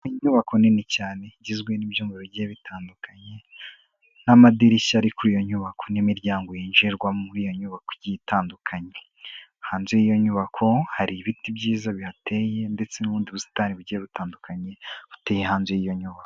Ni inyubako nini cyane, igizwe n'ibyumba bigiye bitandukanye n'amadirishya ari kuri iyo nyubako n'imiryango yinjirwamo muri iyo nyubako itandukanye, hanze y'iyo nyubako hari ibiti byiza bihateye, ndetse n'ubundi busitani bugiye butandukanye buteye hanze y'iyo nyubako.